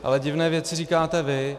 Ale divné věci říkáte vy.